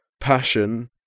passion